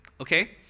okay